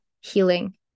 healing